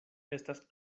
estas